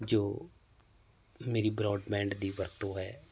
ਜੋ ਮੇਰੀ ਬਰੋਡਬੈਂਡ ਦੀ ਵਰਤੋਂ ਹੈ